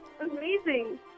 Amazing